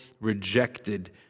rejected